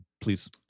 Please